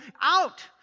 out